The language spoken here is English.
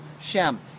Shem